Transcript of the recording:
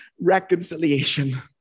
reconciliation